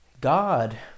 God